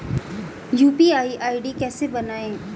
UPI ID कैसे बनाएं?